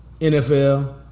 NFL